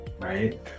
right